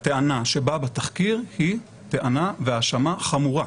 הטענה, שבאה בתחקיר היא טענה והאשמה חמורה.